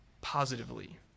positively